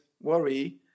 worry